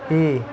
ही